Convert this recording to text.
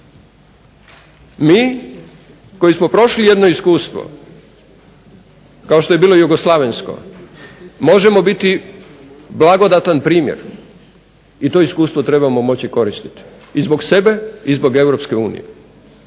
Mi koji smo prošli jedno iskustvo kao što je bilo jugoslavensko možemo biti blagodatan primjer i to iskustvo trebamo moći koristiti i zbog sebe i zbog Europske unije.